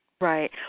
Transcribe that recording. Right